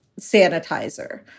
sanitizer